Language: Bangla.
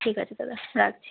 ঠিক আছে দাদা রাখছি